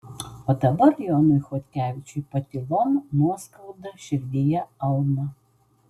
o dabar jonui chodkevičiui patylom nuoskauda širdyje alma